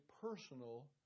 personal